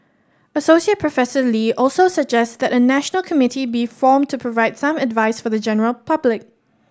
Associate Professor Lee also suggests that a national committee be formed to provide some advice for the general public